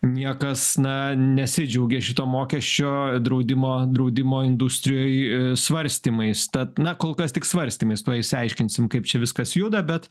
na nesidžiaugia šito mokesčio draudimo industrijoj svarstymais tad na kol kas tik svarstymais tuoj išsiaiškinsim kaip čia viskas juda bet